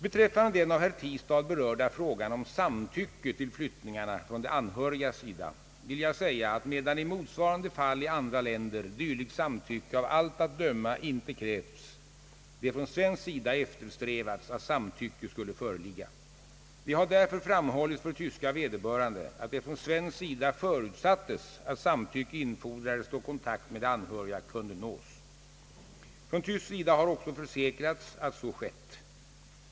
Beträffande den av herr Tistad berörda frågan om samtycke till flyttningarna från de anhörigas sida vill jag säga, att medan i motsvarande fall i andra länder dylikt samtycke av allt att döma inte krävts det från svensk sida eftersträvats att samtycke skulle föreligga. Det har därför framhållits för tyska vederbörande, att det från svensk sida förutsattes att samtycke infordrades då kontakt med de anhöriga kunde nås. Från tysk sida har också försäkrats att så skett.